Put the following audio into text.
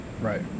Right